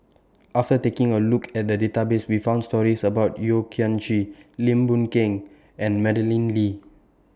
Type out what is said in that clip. after taking A Look At The Database We found stories about Yeo Kian Chye Lim Boon Keng and Madeleine Lee